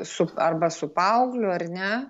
su arba su paaugliu ar ne